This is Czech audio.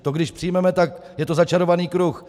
To když přijmeme, tak je to začarovaný kruh.